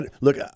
Look